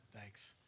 Thanks